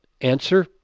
answer